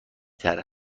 تره